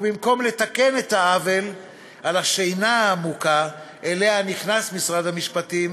ובמקום לתקן את העוול על השינה העמוקה שאליה נכנס משרד המשפטים,